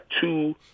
two